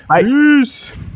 Peace